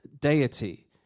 deity